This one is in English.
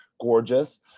gorgeous